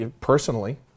personally